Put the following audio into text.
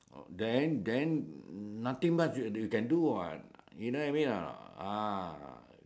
oh then then nothing much you can do [what] you know what I mean or not ah